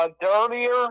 dirtier